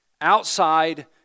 Outside